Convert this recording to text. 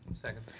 second?